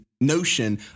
notion